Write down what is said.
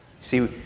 See